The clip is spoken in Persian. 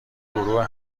گروه